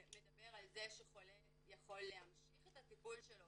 מדבר על זה שחולה יכול להמשיך את הטיפול שלו